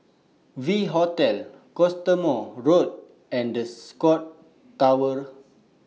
V Hotel Cottesmore Road and The Scotts Tower